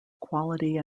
quality